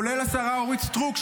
כולל השרה אורית סטרוק,